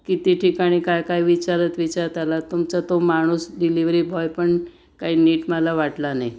किती ठिकाणी काय काय विचारत विचारत आला तुमचा तो माणूस डिलिव्हरी बॉय पण काय नीट मला वाटला नाही